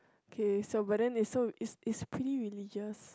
K so but then it's so is is pretty religious